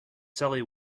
sally